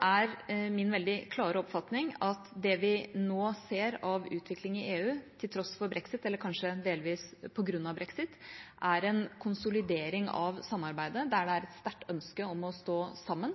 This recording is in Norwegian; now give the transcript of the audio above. er min veldig klare oppfatning at det vi nå ser av utvikling i EU, til tross for brexit – eller kanskje delvis på grunn av brexit – er en konsolidering av samarbeidet, der det er et sterkt ønske om å stå sammen.